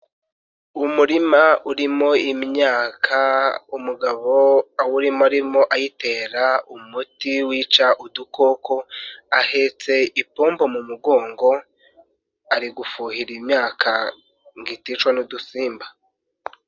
Umurima urimo imyaka umugabo awurimo arimo ayitera umuti wica udukoko ahetse ipombo mu mugongo ari gufuhira imyaka ngo iticwa n'udusimba.